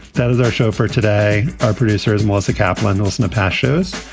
that is our show for today. our producer is melissa kaplan nelson a pasha's.